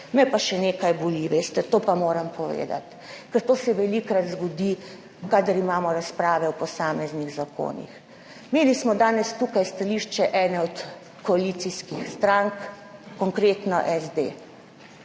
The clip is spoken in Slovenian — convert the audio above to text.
Me pa še nekaj boli, veste, to pa moram povedati, ker se to velikokrat zgodi, kadar imamo razprave o posameznih zakonih. Imeli smo danes tukaj stališče ene od koalicijskih strank, konkretno SD.